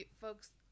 folks